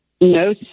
No